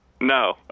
No